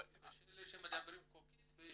יש כאלה שמדברים קוקית.